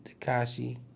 Takashi